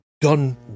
done